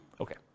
Okay